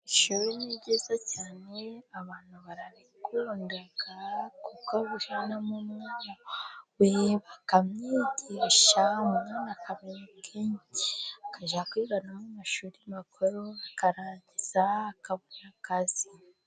Ishuri ni ryiza cyane abantu bararikunda kuko ujyanamo umwana wawe bakamwigisha, uwo mwana akamenya ubwenge, akajya kwiga no mu mashuri makuru akarangiza, akabona akazi.